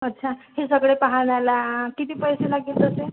अच्छा हे सगळे पाहण्याला किती पैसे लागेल तसे